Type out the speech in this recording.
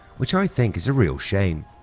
which i think is a real shame.